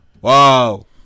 Wow